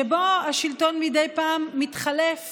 שבו השלטון מדי פעם מתחלף